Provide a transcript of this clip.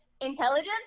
intelligence